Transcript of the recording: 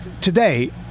today